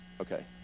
okay